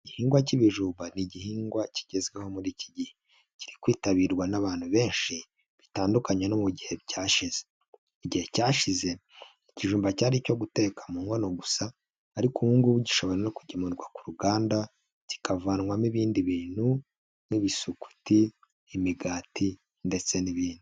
Igihingwa cy'ibijumba, ni igihingwa kigezweho muri iki gihe. Kiri kwitabirwa n'abantu benshi, bitandukanye no mu gihe cyashize. Igihe cyashize, ikijumba cyari icyo guteka mu nkono gusa ariko ubu ngubu gishobora no kugemurwa ku ruganda, kikavanwamo ibindi bintu nk'ibisukuti, imigati ndetse n'ibindi.